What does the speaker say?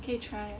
可以 try ah